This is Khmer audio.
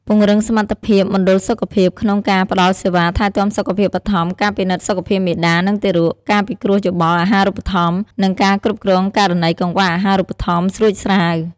ពង្រឹងសមត្ថភាពមណ្ឌលសុខភាពក្នុងការផ្តល់សេវាថែទាំសុខភាពបឋម ការពិនិត្យសុខភាពមាតា និងទារក ការពិគ្រោះយោបល់អាហារូបត្ថម្ភ និងការគ្រប់គ្រងករណីកង្វះអាហារូបត្ថម្ភស្រួចស្រាវ។